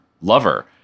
lover